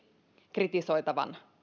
kritisoitavan